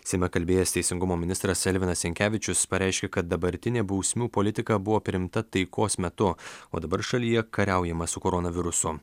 seime kalbėjęs teisingumo ministras elvinas jankevičius pareiškė kad dabartinė bausmių politika buvo priimta taikos metu o dabar šalyje kariaujama su koronavirusu